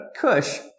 Kush